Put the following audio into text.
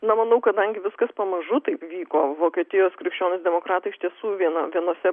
na manau kadangi viskas pamažu taip vyko vokietijos krikščionys demokratai iš tiesų viena vienuose